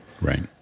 Right